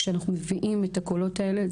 כשאנחנו מביאים את הקולות האלה,